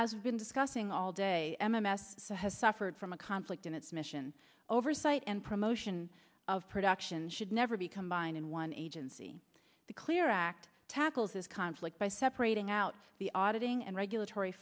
as we've been discussing all day m m s so has suffered from a conflict in its mission oversight and promotion of production should never be combined and one agency the clear act tackles this conflict by separating out the auditing and regulatory